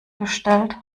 gestellt